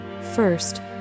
First